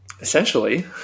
Essentially